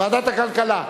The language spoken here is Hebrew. ועדת הכלכלה.